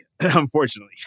unfortunately